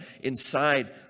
inside